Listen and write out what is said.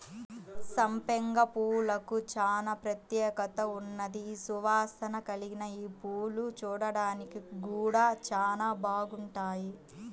సంపెంగ పూలకు చానా ప్రత్యేకత ఉన్నది, సువాసన కల్గిన యీ పువ్వులు చూడ్డానికి గూడా చానా బాగుంటాయి